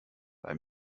bei